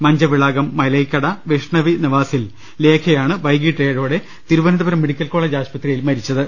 മഞ്ചവിളാകം മലൈക്കട വൈഷ്ണവി നിവാസിൽ ലേഖ യാണ് വൈകീട്ട് ഏഴോടെ തിരുവനന്തപുരം മെഡിക്കൽ കോളജ് ആശുപത്രിയിൽ മരിച്ചത്